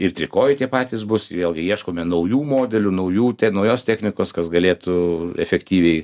ir trikojai tie patys bus vėlgi ieškome naujų modelių naujų te naujos technikos kas galėtų efektyviai